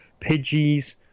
Pidgeys